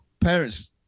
parents